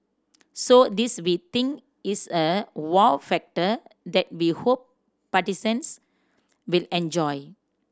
so this we think is a wow factor that we hope will enjoy